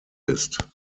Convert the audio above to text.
ist